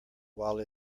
while